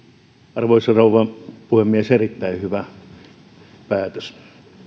arvoisa rouva puhemies erittäin hyvä päätös